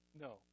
no